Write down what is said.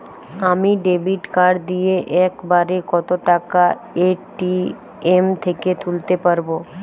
আমি debit card দিয়ে এক বারে কত টাকা এ.টি.এম থেকে তুলতে পারবো?